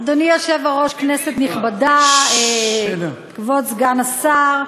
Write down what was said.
אדוני היושב-ראש, כנסת נכבדה, כבוד סגן השר,